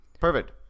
Perfect